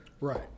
right